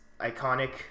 iconic